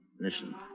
Listen